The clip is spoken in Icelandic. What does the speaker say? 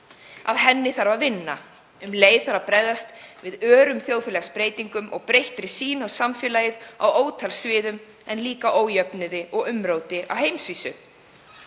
Að henni þarf að vinna. Um leið þarf að bregðast við örum þjóðfélagsbreytingum og breyttri sýn á samfélagið á ótal sviðum en líka ójöfnuði og umróti á heimsvísu.